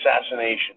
assassination